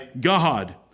God